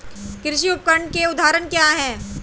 कृषि उपकरण के उदाहरण क्या हैं?